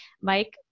Mike